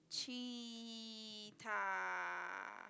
cheetah